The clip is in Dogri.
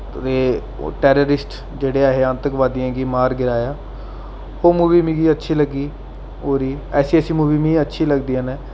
ते ओह् टैररिस्ट जेह्ड़े ऐ हे आतंकवादियें गी मारी सु'ट्टेआ ओह् मूवी मिगी अच्छी लग्गी होर बी ऐसी ऐसी मूवियां मिगी अच्छियां लगदियां न